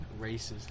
Racist